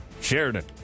Sheridan